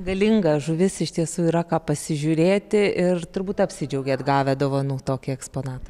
galinga žuvis iš tiesų yra ką pasižiūrėti ir turbūt apsidžiaugėt gavę dovanų tokį eksponatą